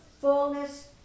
fullness